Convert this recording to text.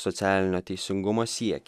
socialinio teisingumo siek